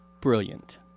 Brilliant